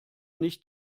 nicht